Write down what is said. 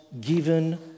given